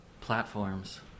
platforms